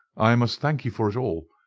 i must thank you for it all.